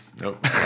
Nope